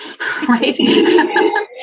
right